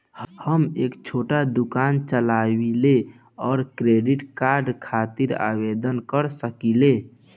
हम एक छोटा दुकान चलवइले और क्रेडिट कार्ड खातिर आवेदन कर सकिले?